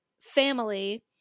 family